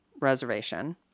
Reservation